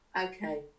okay